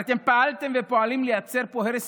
הרי אתם פעלתם ופועלים לייצר פה הרס